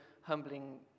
humbling